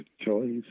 choice